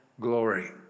glory